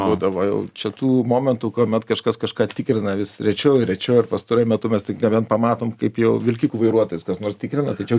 būdavo jau čia tų momentų kuomet kažkas kažką tikrina vis rečiauir rečiau ir pastaruoju metu mes tai nebent pamatom kaip jau vilkikų vairuotojus kas nors tikrina tačiau